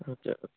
okay